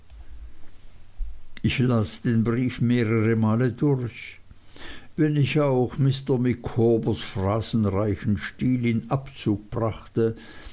ich las den brief mehrere male durch wenn ich auch mr micawbers phrasenreichen stil in abzug brachte